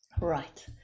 right